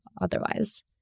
otherwise